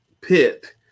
Pit